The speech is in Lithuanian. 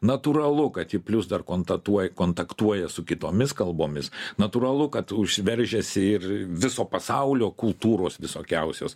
natūralu kad ji plius dar kontatuoja kontaktuoja su kitomis kalbomis natūralu kad užsiveržęs ir viso pasaulio kultūros visokiausios